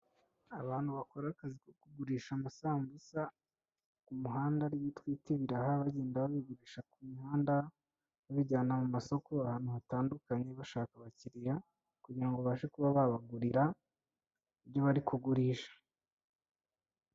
Abantu bakora akazi ko kugurisha amasambusa ku muhanda aribyo twita ibiraha bagenda babigurisha ku mihanda, babijyana mu masoko ahantu hatandukanye bashaka abakiriya kugira ngo babashe kuba babagurira ibyo bari kugurisha.